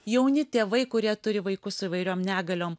jauni tėvai kurie turi vaikus su įvairiom negaliom